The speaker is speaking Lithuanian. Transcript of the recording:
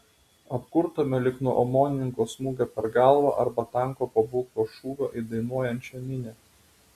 apkurtome lyg nuo omonininko smūgio per galvą arba tanko pabūklo šūvio į dainuojančią minią